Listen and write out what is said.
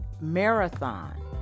marathon